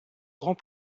grand